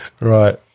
Right